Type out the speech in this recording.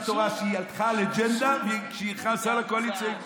התורה שהיא הלכה על אג'נדה כשהיא נכנסה לקואליציה.